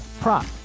prop